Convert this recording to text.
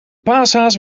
paashaas